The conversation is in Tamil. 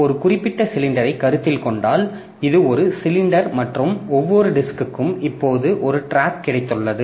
ஒரு குறிப்பிட்ட சிலிண்டரைக் கருத்தில் கொண்டால் இது ஒரு சிலிண்டர் மற்றும் ஒவ்வொரு டிஸ்க்க்கும் இப்போது ஒரு டிராக் கிடைத்துள்ளது